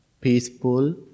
peaceful